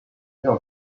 there